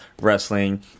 wrestling